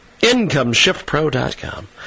Incomeshiftpro.com